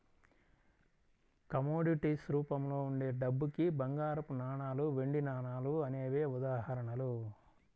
commodities రూపంలో ఉండే డబ్బుకి బంగారపు నాణాలు, వెండి నాణాలు అనేవే ఉదాహరణలు